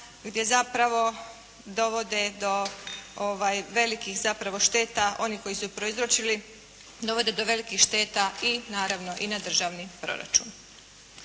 gdje zapravo dovode do velikih zapravo šteta, oni koji su prouzročili dovode do velikih šteta i naravno i na državni proračun.